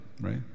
right